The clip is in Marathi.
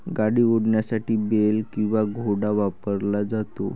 गाडी ओढण्यासाठी बेल किंवा घोडा वापरला जातो